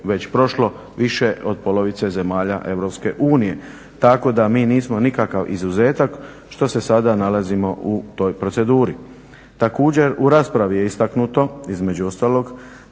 već prošlo više od polovice zemalja EU, tako da mi nismo nikakav izuzetak što se sada nalazimo u toj proceduri. Također u raspravi je istaknuto između ostalog